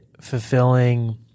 fulfilling